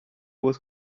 was